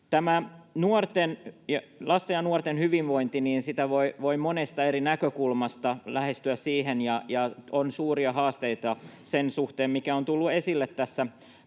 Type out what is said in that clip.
Lasten ja nuorten hyvinvointia voi lähestyä monesta eri näkökulmasta. On suuria haasteita sen suhteen, mikä on tullut esille myös